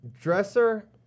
Dresser